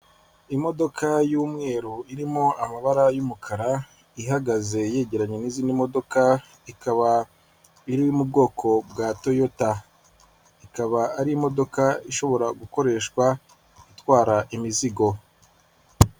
Imodoka y'umweru irimo amabara y'umukara, ihagaze yegeranye n'izindi modoka, ikaba iri mu bwoko bwa toyota, ikaba ari imodoka ishobora gukoreshwa itwara imizigo.